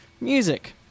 Music